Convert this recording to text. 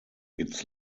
its